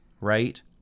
right